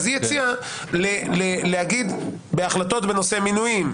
אז היא הציעה להגיד: בהחלטות בנושא מינויים,